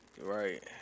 Right